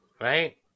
right